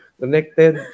connected